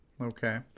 Okay